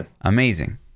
amazing